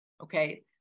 Okay